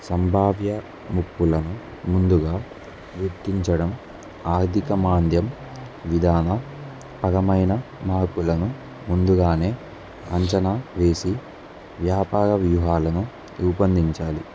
సంభావ్య ముప్పులను ముందుగా గుర్తించడం ఆర్థిక మాంద్యం విధానపరమైన మార్పులను ముందుగానే అంచనా వేసి వ్యాపార వ్యూహాలను పెంపొందించాలి